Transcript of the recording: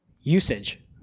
usage